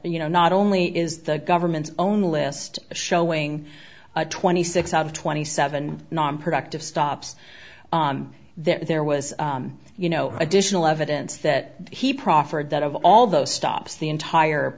you know not only is the government's own list showing a twenty six out of twenty seven nonproductive stops that there was you know additional evidence that he proffered that of all those stops the entire